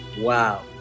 Wow